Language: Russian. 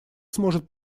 сможет